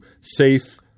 safe